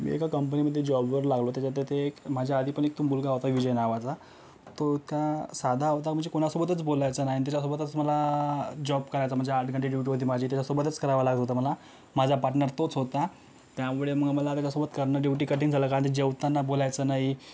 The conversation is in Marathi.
मी एका कंपनीमध्ये जॉबवर लागलो त्याच्यात तर ते एक माझ्याआधीपण एक तो मुलगा होता विजय नावाचा तो इतका साधा होता म्हणजे कोणासोबतच बोलायचा नाही त्याच्यासोबतच मला जॉब करायचा म्हणजे आठ घंटे ड्यूटी होती माझी त्याच्यासोबतच करावं लागत होतं मला माझा पार्टनर तोच होता त्यामुळे मग मला त्याच्यासोबत करणं ड्यूटी कठीण झालं कारण ते जेवताना बोलायचं नाही